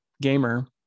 gamer